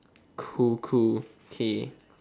cool cool K